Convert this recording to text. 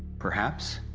perhaps.